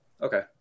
Okay